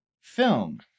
film